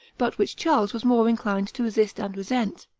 but which charles was more inclined to resist and resent.